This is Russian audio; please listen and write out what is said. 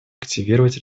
активизировать